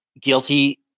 guilty